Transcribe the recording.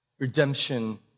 Redemption